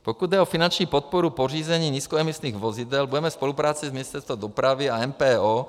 Pokud jde o finanční podporu pořízení nízkoemisních vozidel, budeme spolupracovat s Ministerstvem dopravy a MPO.